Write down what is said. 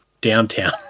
downtown